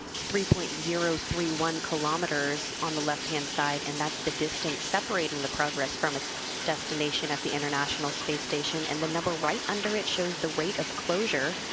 three point zero three one kilometers on the left-hand side, and that's the distance separating the progress from its destination at the international space station, and the number right under it shows the rate of closure,